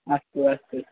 अस्तु अस्तु